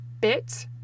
bit